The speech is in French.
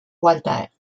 walter